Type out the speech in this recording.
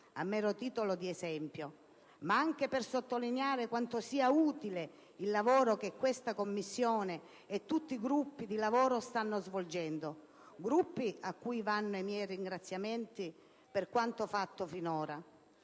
a mero titolo di esempio, ma anche per sottolineare quanto sia utile il lavoro che questa Commissione e tutti i gruppi di lavoro stanno svolgendo, gruppi a cui vanno i miei ringraziamenti per quanto fatto finora.